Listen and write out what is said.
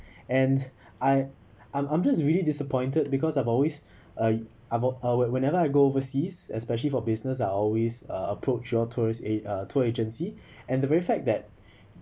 and I I'm I'm just really disappointed because I've always uh I'll I'll wherever I go overseas especially for business I always uh approach your tourist a tour agency and the very fact that